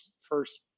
first